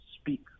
speak